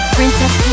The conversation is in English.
Princess